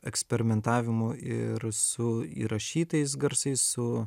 eksperimentavimų ir su įrašytais garsais su